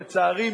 לצערי,